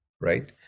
right